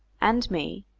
and me,